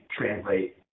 translate